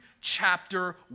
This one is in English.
chapter